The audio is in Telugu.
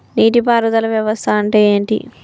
నీటి పారుదల వ్యవస్థ అంటే ఏంటి?